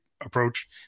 approach